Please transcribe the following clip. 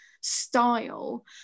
style